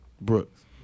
Brooks